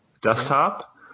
desktop